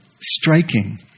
striking